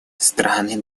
страны